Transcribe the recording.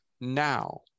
now